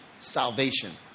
salvation